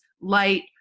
light